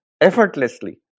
effortlessly